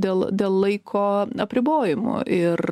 dėl dėl laiko apribojimo ir